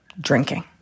drinking